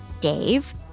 Dave